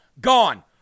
gone